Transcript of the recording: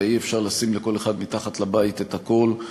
הרי אי-אפשר לשים לכל אחד מתחת לבית את הכול.